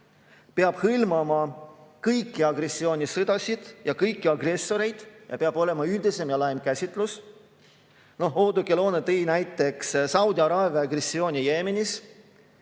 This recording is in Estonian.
peab hõlmama kõiki agressioonisõdasid ja kõiki agressoreid, peab olema üldisem ja laiem käsitlus. Oudekki Loone tõi näiteks Saudi Araabia agressiooni Jeemenis